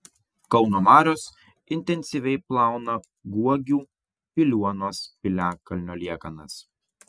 kauno marios intensyviai plauna guogių piliuonos piliakalnio liekanas